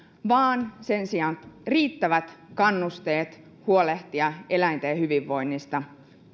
vaan sen sijaan riittävät kannusteet huolehtia eläinten hyvinvoinnista